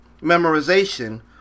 memorization